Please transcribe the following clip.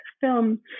film